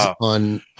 on –